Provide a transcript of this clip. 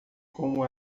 como